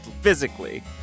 physically